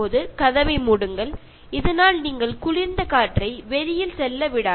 ഇനി ഉപയോഗിക്കുകയാണെങ്കിൽ നിങ്ങൾ വാതിൽ ശരിക്കും അടച്ചിടുക